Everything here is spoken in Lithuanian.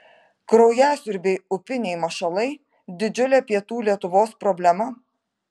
kraujasiurbiai upiniai mašalai didžiulė pietų lietuvos problema